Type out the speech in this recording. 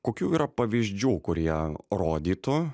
kokių yra pavyzdžių kurie rodytų